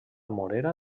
morera